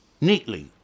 neatly